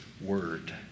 word